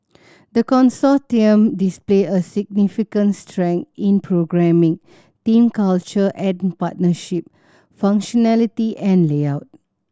the Consortium displayed a significant strengths in programming team culture and partnership functionality and layout